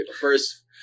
first